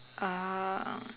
uh